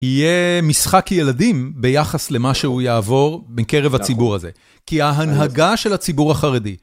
יהיה משחק ילדים ביחס למה שהוא יעבור בקרב הציבור הזה. כי ההנהגה של הציבור החרדי...